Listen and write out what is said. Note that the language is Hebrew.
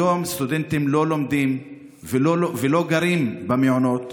היום סטודנטים לא לומדים ולא גרים במעונות,